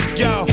yo